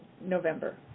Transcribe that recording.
November